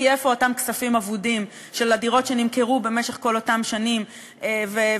כי איפה אותם כספים אבודים של הדירות שנמכרו במשך כל אותן שנים וחזרו,